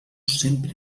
sempre